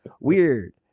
weird